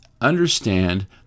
understand